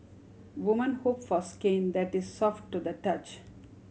women hope for skin that is soft to the touch